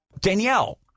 Danielle